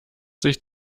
sich